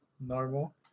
normal